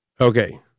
Okay